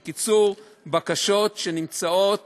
בקיצור, אלה בקשות שנמצאות